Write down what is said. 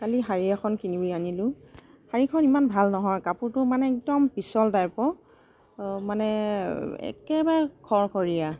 কালি শাড়ী এখন কিনি আনিলোঁ শাড়ীখন ইমান ভাল নহয় কাপোৰটো মানে একদম পিছল টাইপৰ মানে একেবাৰে খৰখৰীয়া